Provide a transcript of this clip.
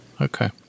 Okay